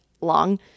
long